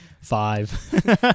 Five